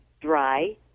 dry